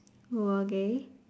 okay